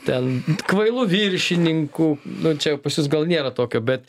ten kvailu viršininku nu čia pas jus gal nėra tokio bet